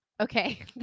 Okay